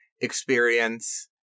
experience